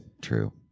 true